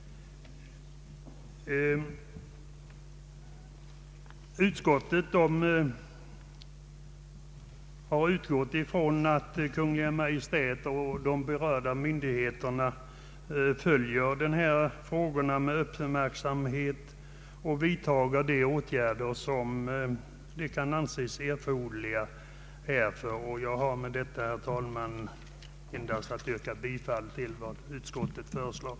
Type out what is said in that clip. Utskottet har utgått ifrån att Kungl. Maj:t och berörda myndigheter följer dessa frågor med uppmärksamhet och vidtar de åtgärder som kan anses erforderliga. Jag har, herr talman, med stöd av det anförda endast att yrka bifall till vad utskottet föreslagit.